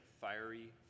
fiery